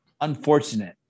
unfortunate